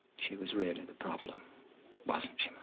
she was really the problem wasn't